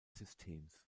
systems